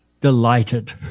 delighted